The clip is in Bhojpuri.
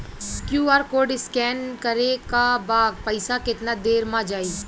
क्यू.आर कोड स्कैं न करे क बाद पइसा केतना देर म जाई?